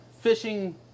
fishing